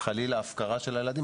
חלילה הפקרה של הילדים,